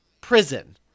prison